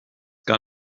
gar